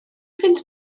fynd